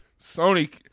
Sony